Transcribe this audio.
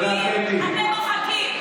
כל דבר שאנחנו מביאים אתם מוחקים.